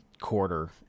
quarter